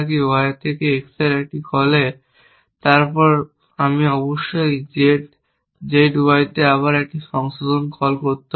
y থেকে x এ একটি কলে y তারপর আমি অবশ্যই Z ZY তে আবার একটি সংশোধন কল করতে হবে